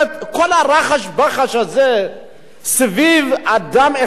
כל הרחש-בחש הזה סביב אדם אחד,